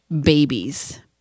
babies